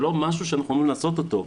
זה לא משהו שאנחנו אמורים לעשות אותו,